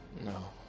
No